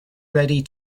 ready